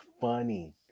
funny